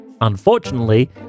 Unfortunately